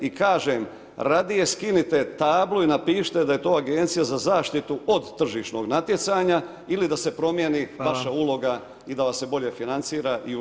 I kažem, radije skinite i napišite da je to agencija za zaštitu od tržišnog natjecanja ili da se promijeni vaša uloga i da vas se bolje financira i ustroji.